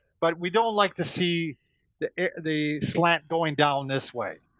but we don't like to see the the slant going down this way,